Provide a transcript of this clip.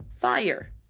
fire